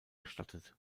gestattet